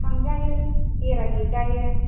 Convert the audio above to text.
थांजायो बेरायहैजायो